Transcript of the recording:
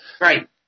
Right